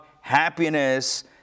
happiness